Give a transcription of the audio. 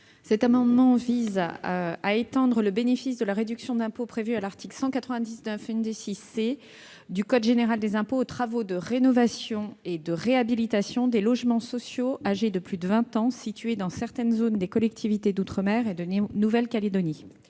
de loi de finances étend le bénéfice de la réduction d'impôt prévue à l'article 199 C du code général des impôts aux travaux de rénovation et de réhabilitation des logements sociaux de plus de vingt ans situés dans certaines zones des collectivités d'outre-mer et de Nouvelle-Calédonie.